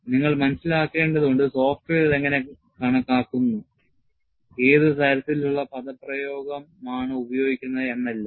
നിങ്ങൾ മനസിലാക്കേണ്ടതുണ്ട് സോഫ്റ്റ്വെയർ ഇത് എങ്ങനെ കണക്കാക്കുന്നു ഏത് തരത്തിലുള്ള പദപ്രയോഗമാണ് ഉപയോഗിക്കുന്നത് എന്നെല്ലാം